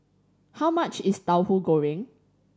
how much is Tauhu Goreng